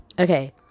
okay